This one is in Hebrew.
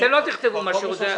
אתם לא תכתבו מה שרוצים.